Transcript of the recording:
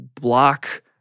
block